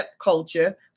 culture